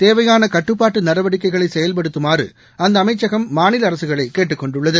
தேவையான கட்டுப்பாட்டு நடவடிக்கைகளை செயல்படுத்தமாறு அந்த அமைச்சகம் மாநில அரசுகளைக் கேட்டுக் கொண்டுள்ளது